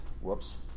whoops